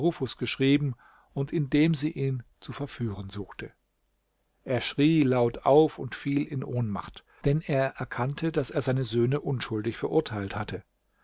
geschrieben und in dem sie ihn zu verführen suchte er schrie laut auf und fiel in ohnmacht denn er erkannte daß er seine söhne unschuldig verurteilt hatte